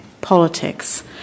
politics